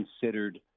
considered